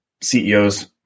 CEOs